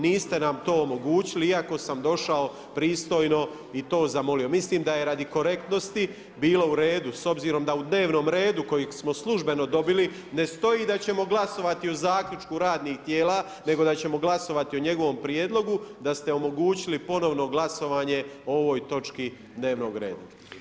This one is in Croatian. Niste nam to omogućili iako sam došao pristojno i to zamolio, mislim da je radi korektnosti bilo u redu s obzirom da u dnevnom redu kojeg smo službeno dobili ne stoji da ćemo glasovati o zaključku radnih tijela nego da ćemo glasovati o njegovom prijedlogu, da ste omogućili ponovno glasovanje o ovoj točki dnevnog reda.